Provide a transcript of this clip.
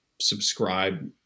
subscribe